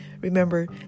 Remember